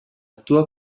actua